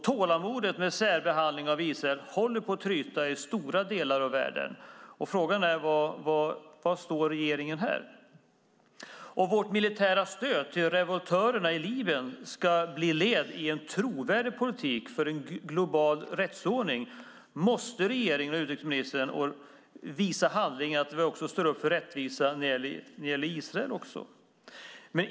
Tålamodet med särbehandling av Israel håller på att tryta i stora delar av världen. Frågan är: Var står regeringen här? Om vårt militära stöd till revoltörerna i Libyen ska bli ett led i en trovärdig politik för en global rättsordning måste regeringen och utrikesministern visa i handling att vi också står upp för rättvisa när det gäller Israel.